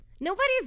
Nobody's